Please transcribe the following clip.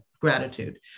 gratitude